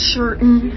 certain